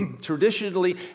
traditionally